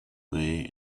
lay